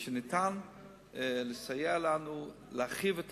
מה שניתן כדי לסייע לנו להרחיב את